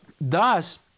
Thus